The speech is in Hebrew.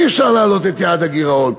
אי-אפשר להעלות את יעד הגירעון,